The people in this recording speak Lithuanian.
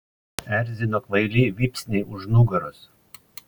erzino kvaili vypsniai už nugaros